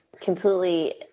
completely